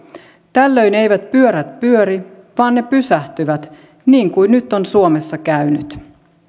tällöin eivät pyörät pyöri vaan ne pysähtyvät niin kuin nyt on suomessa käynyt